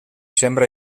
sembra